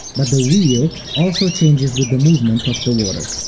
but the wheel also changes with the movement of the water.